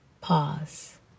pause